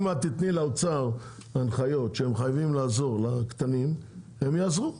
אם תתני לאוצר הנחיה לעזור לקטנים אז הם יעזרו.